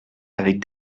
avec